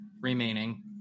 remaining